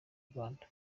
rwanda